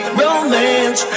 romance